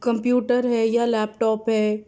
computer ہے یا laptop ہے